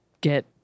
get